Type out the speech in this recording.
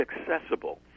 accessible